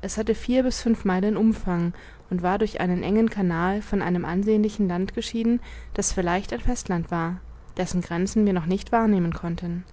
es hatte vier bis fünf meilen umfang und war durch einen engen canal von einem ansehnlichen land geschieden das vielleicht ein festland war dessen grenzen wir noch nicht wahrnehmen konnten